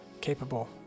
capable